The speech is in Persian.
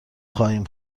خواهیم